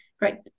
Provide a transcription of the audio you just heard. right